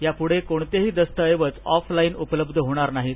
यापूढे कोणतेही दस्तऐवज ऑफलाईन उपलब्ध होणार नाहीत